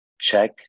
Check